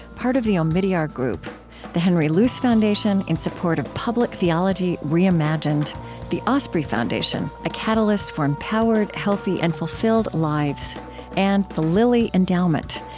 part of the omidyar group the henry luce foundation, in support of public theology reimagined the osprey foundation a catalyst for empowered healthy, and fulfilled lives and the lilly endowment,